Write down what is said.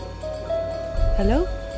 Hello